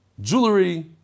jewelry